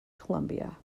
columbia